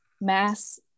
mass